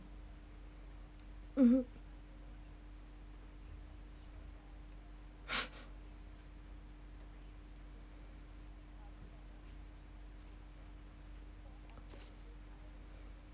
mmhmm